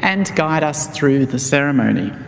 and guide us through the ceremony.